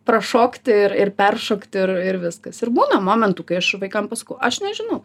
prašokti ir ir peršokti ir ir viskas ir būna momentų kai aš vaikam pasakau aš nežinau